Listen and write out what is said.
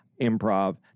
Improv